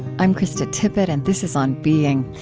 i'm krista tippett, and this is on being.